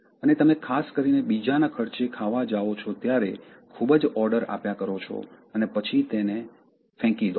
અને તમે ખાસ કરીને બીજાના ખર્ચે ખાવા જાઓ છો ત્યારે ખુબજ ઓર્ડર આપ્યા કરો છો અને પછી તેને ફેંકી દો છો